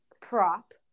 prop